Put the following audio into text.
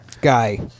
guy